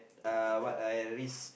uh what I risk